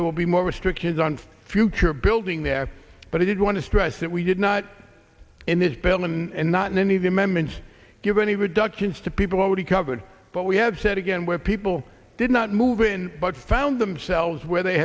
there will be more restrictions on future building there but i did want to stress that we did not in this bill and not in any of the amendments give any reductions to people already covered but we have said again where people did not move in but found themselves where they